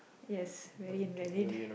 yes very invalid